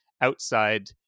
outside